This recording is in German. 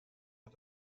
hat